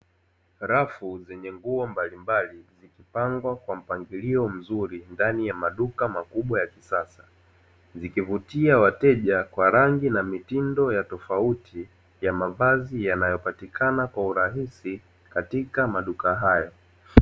Rafu zenye nguo mbali mbali zimepangwa kwa mpangilio mzuri ndani ya maduka makubwa ya kisasa. Zikivutia wateja kwa rangi na mitindo tofauti ya mavazi yanayopatikana kwa urahisi katika maduka hayo.